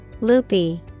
Loopy